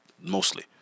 mostly